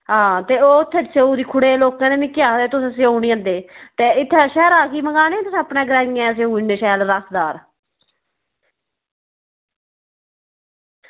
ते ओह् उत्थें स्येऊ दिक्खी ओड़े लोकें ते ओह् मिगी आक्खा दे स्यौ निं दित्ते तुसें ते तुसें शैह्रा की मंगाने थुआढ़े शैहरियें दे स्यौ इन्ने रसदार